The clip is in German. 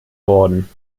worden